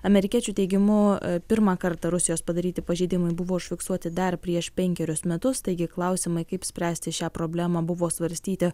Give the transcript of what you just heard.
amerikiečių teigimu pirmą kartą rusijos padaryti pažeidimai buvo užfiksuoti dar prieš penkerius metus taigi klausimai kaip spręsti šią problemą buvo svarstyti